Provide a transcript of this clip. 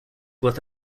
worth